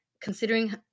considering